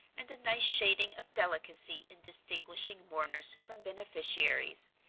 and a nice shading of delicacy in distinguishing mourners from beneficiaries,